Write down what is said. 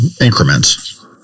increments